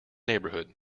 neighbourhood